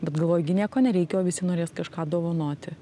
bet galvoju gi nieko nereikia o visi norės kažką dovanoti